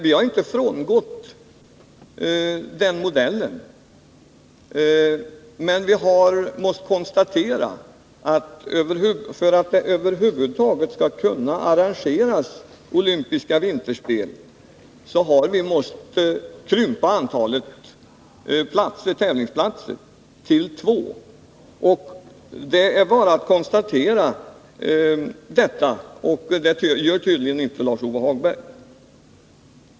Vi har inte frångått den modellen, men vi har tvingats konstatera att för att det över huvud taget skall kunna arrangeras olympiska vinterspel har vi fått lov att krympa antalet tävlingsplatser till två. Det är bara att konstatera detta, och det gör tydligen inte Lars-Ove Hagberg.